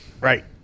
Right